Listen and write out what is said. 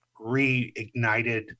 reignited